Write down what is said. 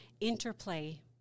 interplay